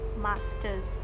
masters